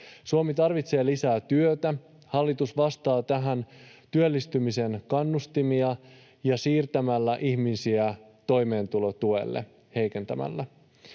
Suomi tarvitsee lisää työtä, hallitus vastaa tähän heikentämällä työllistymisen kannustimia ja siirtämällä ihmisiä toimeentulotuelle.